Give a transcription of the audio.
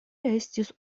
estis